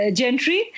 gentry